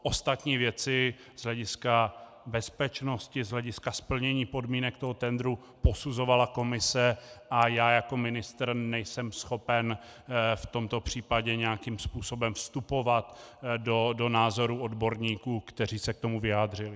Ostatní věci z hlediska bezpečnosti, z hlediska splnění podmínek toho tendru posuzovala komise a já jako ministr nejsem schopen v tomto případě nějakým způsobem vstupovat do názorů odborníků, kteří se k tomu vyjádřili.